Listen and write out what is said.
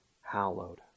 hallowed